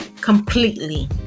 Completely